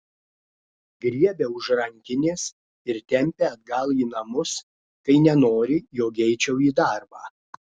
griebia už rankinės ir tempia atgal į namus kai nenori jog eičiau į darbą